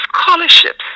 scholarships